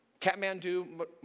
Kathmandu